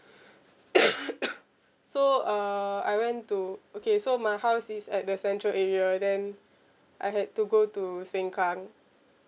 so err I went to okay so my house is at the central area then I had to go to sengkang